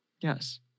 Yes